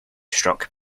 struck